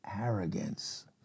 arrogance